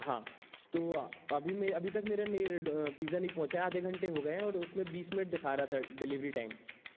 हाँ तो अभी अभी तक मेरा पिज़्ज़ा नहीं पहुँचा हैं आधे घंटे हो गए हैं और उसमे बीस मिनट दिखा रहा था डिलीवरी टाइम